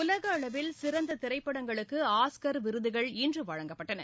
உலக அளவில் சிறந்த திரைப்படங்களுக்கு ஆஸ்கர் விருதுகள் இன்று வழங்கப்பட்டன